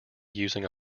using